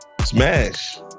Smash